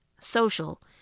Social